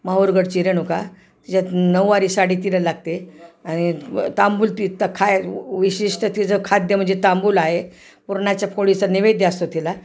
माहुरगडची रेणुका तिच्यात नऊवारी साडी तिला लागते आनि तांबूल ती तर खाय विशिष्ट तिचं खाद्य म्हणजे तांबूल आहे पुरणाच्या पोळीचा नैवेद्य असतो तिला